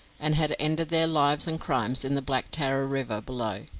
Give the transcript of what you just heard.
and had ended their lives and crimes in the black tarra river below.